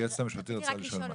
היועצת המשפטית רוצה לשאול משהו.